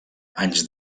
anys